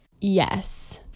yes